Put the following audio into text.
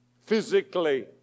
physically